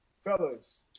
Fellas